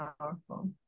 powerful